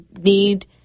need